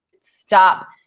stop